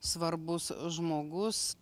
svarbus žmogus